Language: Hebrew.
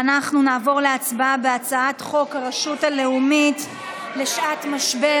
ואנחנו נעבור להצבעה על הצעת חוק הרשות הלאומית בשעת משבר,